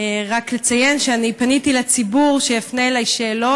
אני רק אציין שאני פניתי לציבור שיפנה אליי שאלות.